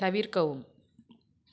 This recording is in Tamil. தவிர்க்கவும்